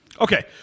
Okay